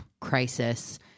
crisis